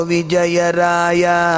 Vijayaraya